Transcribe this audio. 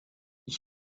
ich